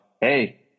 hey